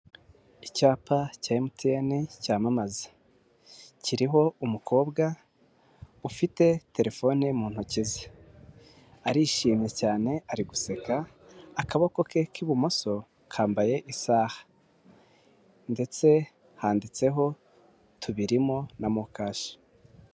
Icyapa cya MTN cyamamaza, kiriho umukobwa ufite telefone mu ntoki ze, arishimye cyane ari guseka, akaboko ke k'ibumoso kambaye isaha ndetse handitseho tubirimo na MoKash.